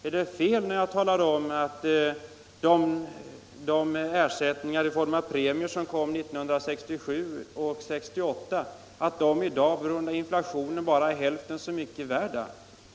Är det fel när jag talar om att de ersättningar i form av premier som kom 1967 och 1968 i dag på grund av inflationen bara är hälften så mycket värda?